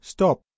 Stop